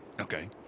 Okay